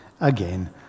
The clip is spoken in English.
again